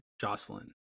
Jocelyn